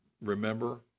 remember